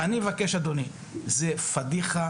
אני מבקש, אדוני, זה פדיחה.